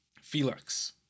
Felix